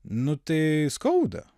nu tai skauda